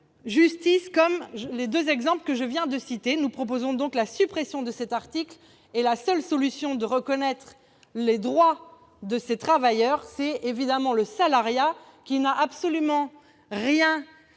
justice, comme les deux exemples que je viens de citer. Nous proposons donc la suppression de cet article. La seule façon de reconnaître les droits de ces travailleurs, c'est évidemment le salariat qui n'a absolument rien